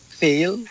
fail